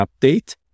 update